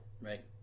Right